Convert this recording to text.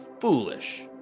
foolish